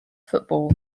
football